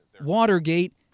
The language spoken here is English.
Watergate